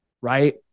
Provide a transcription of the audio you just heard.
right